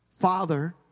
Father